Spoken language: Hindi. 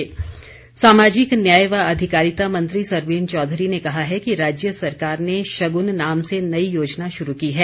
शग्न योजना सामाजिक न्याय व अधिकारिता मंत्री सरवीण चौधरी ने कहा है कि राज्य सरकार ने शग्न नाम से नई योजना शुरू की है